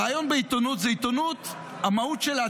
הרעיון בעיתונות זה שהמהות שלה,